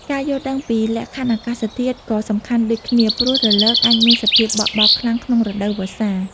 ការយល់ដឹងពីលក្ខខណ្ឌអាកាសធាតុក៏សំខាន់ដូចគ្នា ព្រោះរលកអាចមានសភាពបក់បោកខ្លាំងក្នុងរដូវវស្សា។